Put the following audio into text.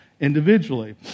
individually